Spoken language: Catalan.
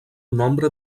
nombre